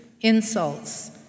insults